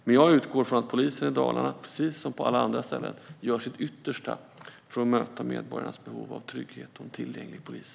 Men jag utgår från att polisen i Dalarna, precis som på alla andra ställen, gör sitt yttersta för att möta medborgarnas behov av trygghet och en tillgänglig polis.